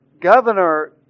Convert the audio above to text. Governor